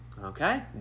Okay